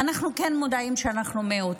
אנחנו כן מודעים שאנחנו מיעוט.